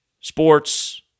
Sports